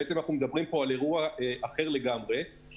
אנחנו מדברים פה על אירוע אחר לגמרי כי